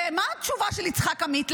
ומה התשובה של יצחק עמית?